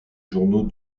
journaux